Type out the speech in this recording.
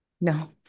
no